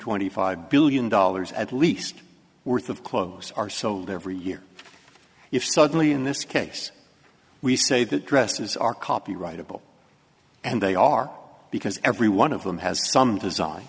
twenty five billion dollars at least worth of clothes are sold every year if suddenly in this case we say that dresses are copyrightable and they are because every one of them has some design